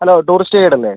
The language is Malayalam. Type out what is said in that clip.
ഹലോ ടൂറിസ്റ്റ് ഗൈഡ് അല്ലെ